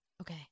Okay